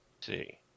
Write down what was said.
see